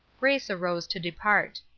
grace arose to depart.